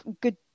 good